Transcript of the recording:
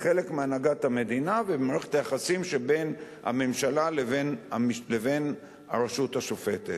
כחלק מהנהגת המדינה ומערכת היחסים שבין הממשלה לבין הרשות השופטת.